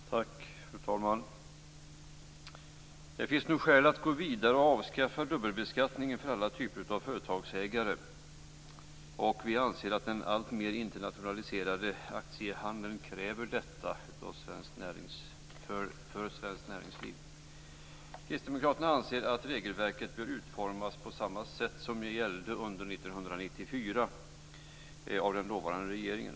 Fru talman! Det finns nu skäl att gå vidare och avskaffa dubbelbeskattningen för alla typer av företagsägande. Vi anser att den alltmer internationaliserade aktiehandeln kräver att så sker i svenskt näringsliv. Kristdemokraterna anser att regelverket bör utformas på samma sätt som gällde 1994 under den dåvarande regeringen.